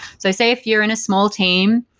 so say if you're in a small team,